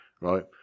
right